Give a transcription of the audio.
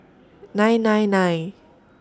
nine nine nine